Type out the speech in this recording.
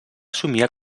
somniar